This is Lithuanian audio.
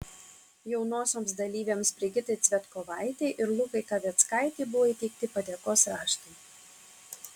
jaunosioms dalyvėms brigitai cvetkovaitei ir lukai kaveckaitei buvo įteikti padėkos raštai